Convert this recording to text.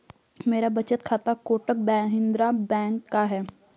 मेरा बचत खाता कोटक महिंद्रा बैंक का है